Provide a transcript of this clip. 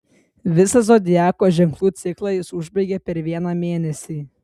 visą zodiako ženklų ciklą jis užbaigia per vieną mėnesį